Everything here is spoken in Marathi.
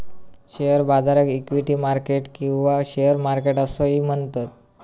शेअर बाजाराक इक्विटी मार्केट किंवा शेअर मार्केट असोही म्हणतत